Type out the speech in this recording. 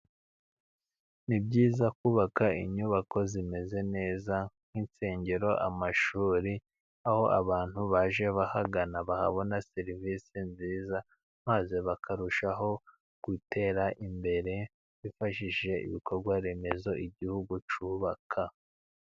Ni byiza kubaka inyubako zimeze neza, nk'insengero, amashuri. Aho abantu baje bahagana bahabona serivisi nziza, maze bakarushaho gutera imbere bifashishije ibikorwa remezo Igihugu cyubaka.